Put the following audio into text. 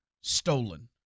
stolen